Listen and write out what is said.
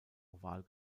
oval